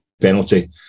penalty